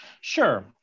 Sure